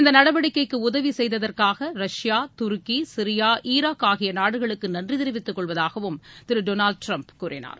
இந்த நடவடிக்கைக்கு உதவி செய்ததற்காக ரஷ்யா துருக்கி சிரியா ஈராக் ஆகிய நாடுகளுக்கு நன்றி தெரிவித்து கொள்வதாகவும் திரு டொனால்ட் ட்ரம்ப் கூறினார்